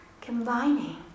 combining